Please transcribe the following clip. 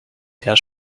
der